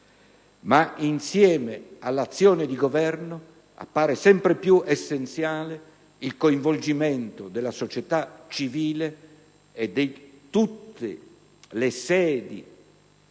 ma insieme all'azione di Governo appare sempre più essenziale il coinvolgimento della società civile e di tutte le sedi